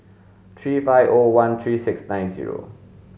three five O one three six nine zero